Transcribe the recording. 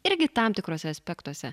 irgi tam tikruose aspektuose